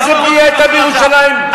איזו בנייה היתה בירושלים,